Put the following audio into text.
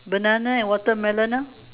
banana and watermelon ah